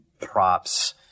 props